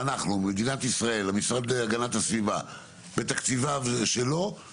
זה מגרד ואני יודע מה זה.